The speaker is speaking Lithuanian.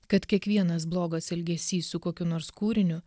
kad kiekvienas blogas elgesys su kokiu nors kūriniu